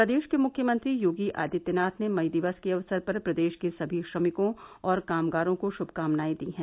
प्रदेश के मुख्यमंत्री योगी आदित्यनाथ ने मई दिवस के अवसर पर प्रदेश के समी श्रमिकों और कामगारों को शुभकामनाए दी हैं